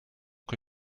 que